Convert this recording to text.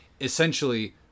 essentially